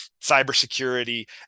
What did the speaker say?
cybersecurity